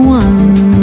one